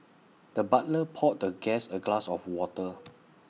the butler poured the guest A glass of water